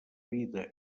vida